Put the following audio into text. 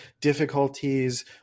difficulties